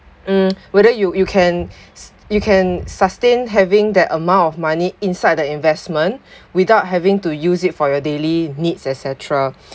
um whether you you can you can sustain having that amount of money inside the investment without having to use it for your daily needs et cetra